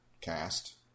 cast